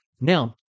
Now